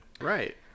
Right